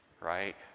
right